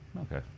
Okay